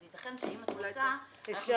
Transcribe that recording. אז ייתכן שאם את רוצה צריך